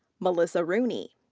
melissa rooney.